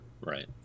Right